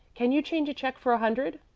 can you change a check for a hundred?